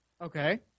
Okay